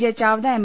J Chavda M